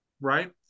Right